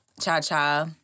Cha-Cha